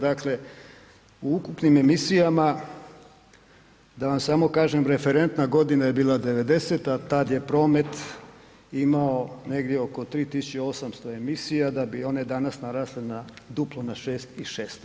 Dakle, u ukupnim emisijama da vam samo kažem referentna godina je bila '90. tad je promet imamo negdje oko 3.800 emisija da bi one danas narasle duplo na 6.600.